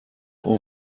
اون